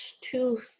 two